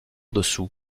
dessous